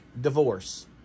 divorce